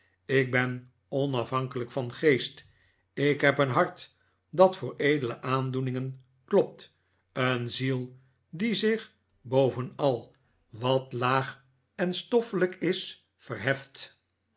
ik ben onafhankelijk van geest ik heb een hart dat voor edele aandoeningen klopt een ziel die zich boven al wat laag en stoffelijk is verheft